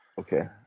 Okay